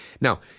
Now